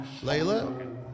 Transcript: Layla